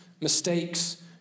mistakes